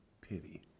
pity